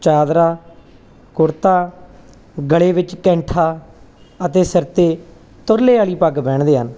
ਚਾਦਰਾ ਕੁੜਤਾ ਗਲੇ ਵਿੱਚ ਕੈਂਠਾ ਅਤੇ ਸਿਰ 'ਤੇ ਤੁਰਲੇ ਵਾਲੀ ਪੱਗ ਪਹਿਨਦੇ ਹਨ